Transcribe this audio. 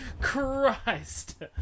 Christ